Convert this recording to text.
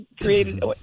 created